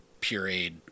pureed